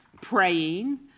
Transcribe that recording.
praying